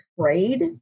afraid